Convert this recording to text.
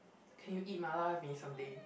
can you eat mala with me someday